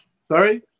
Sorry